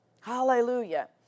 Hallelujah